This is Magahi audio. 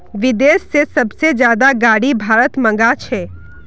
विदेश से सबसे ज्यादा गाडी भारत मंगा छे